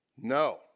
No